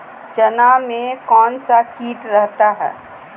चना में कौन सा किट रहता है?